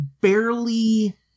barely